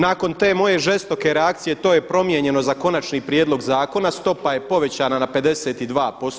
Nakon te moje žestoke reakcije to je promijenjeno za konačni prijedlog zakona stopa je povećana na 52%